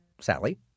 Sally